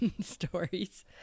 stories